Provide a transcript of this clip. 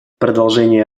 продолжение